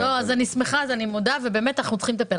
אני מודה, ובאמת אנחנו צריכים לדבר.